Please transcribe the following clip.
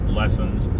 lessons